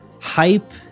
hype